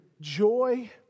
joy